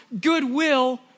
goodwill